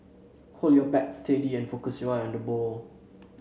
hold your bat steady and focus your eyes on the ball